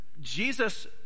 Jesus